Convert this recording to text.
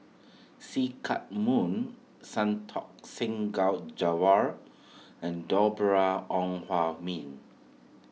See Chak Mun Santokh Singh Gao and Deborah Ong Hua Min